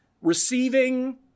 receiving